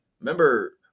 remember